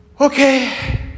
okay